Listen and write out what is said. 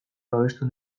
babestu